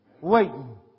Waiting